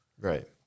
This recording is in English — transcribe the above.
right